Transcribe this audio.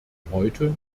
heute